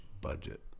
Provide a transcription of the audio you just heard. budget